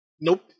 Nope